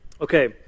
Okay